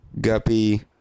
Guppy